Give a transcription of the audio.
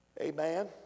Amen